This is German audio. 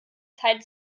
zeit